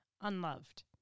unloved